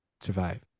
survive